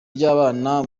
ry’abana